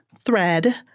Thread